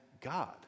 God